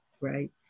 right